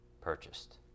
purchased